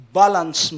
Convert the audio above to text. balance